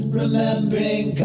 remembering